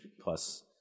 plus